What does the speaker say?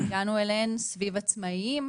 הגענו אליהן סביב עצמאים,